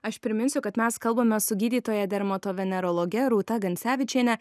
aš priminsiu kad mes kalbame su gydytoja dermatovenerologe rūta gancevičiene